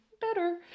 better